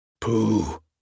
Pooh